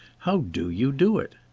how do you do it?